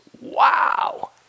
wow